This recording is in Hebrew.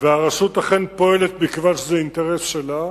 והרשות אכן פועלת מכיוון שזה אינטרס שלה,